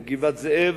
גבעת-זאב,